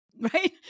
right